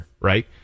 right